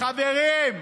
חברים,